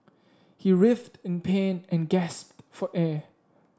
he writhed in pain and gasped for air